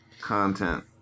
content